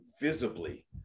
visibly